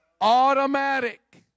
Automatic